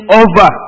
over